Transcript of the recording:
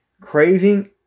Craving